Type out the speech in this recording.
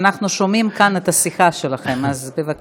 אנחנו שומעים כאן את השיחה שלכם, אז בבקשה.